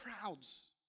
crowds